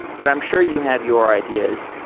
but i'm sure you have your ideas.